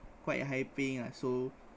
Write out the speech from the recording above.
quite high-paying lah so